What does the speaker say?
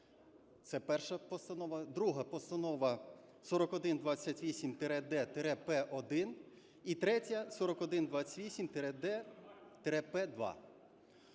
це перша постанова, друга постанова 4128-д-П1 і третя – 4128-д-П2.